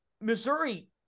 Missouri